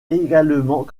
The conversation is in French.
également